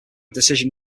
decision